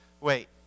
Wait